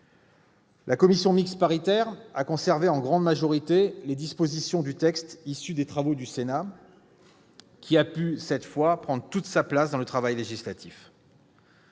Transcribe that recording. La commission mixte paritaire a conservé en grande majorité les dispositions du texte issu des travaux du Sénat, lequel a pu, cette fois, prendre toute sa place dans le travail législatif.